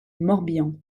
morbihan